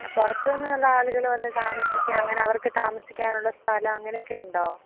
പുറത്തുനിന്നും ഉള്ള ആളുകൾ വന്ന് താമസിക്കാൻ അങ്ങനെ അവർക്ക് വന്ന് താമസിക്കാനുള്ള സ്ഥലം അങ്ങനെയൊക്കെ ഉണ്ടോ